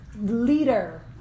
leader